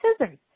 scissors